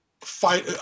fight